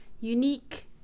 unique